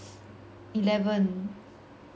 eleven